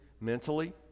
mentally